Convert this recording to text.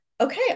okay